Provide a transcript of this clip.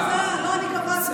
לא אני קבעתי.